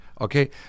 Okay